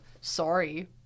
sorry